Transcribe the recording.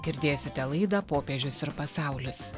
girdėsite laidą popiežius ir pasaulis